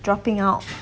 dropping out